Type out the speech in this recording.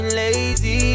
lazy